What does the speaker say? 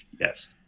Yes